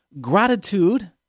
gratitude